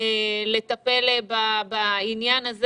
לטפל בעניין הזה